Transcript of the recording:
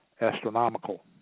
astronomical